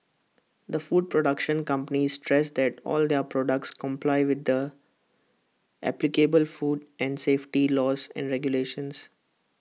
the food production company stressed that all their products comply with the applicable food and safety laws and regulations